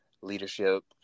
leadership